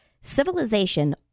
civilization